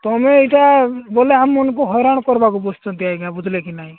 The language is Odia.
ତୁମେ ଏଇଟା ବୋଲେ ଆମମାନଙ୍କୁ ହଇରାଣ କରିବାକୁ ବସିଛନ୍ତି ଆଜ୍ଞା ବୁଝିଲେ କି ନାହିଁ